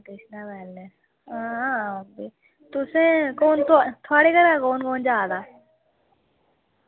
आं तुसें थुआढ़े घरा कुन्न कुन्न जा दा